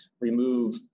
remove